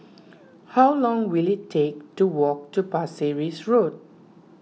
how long will it take to walk to Pasir Ris Road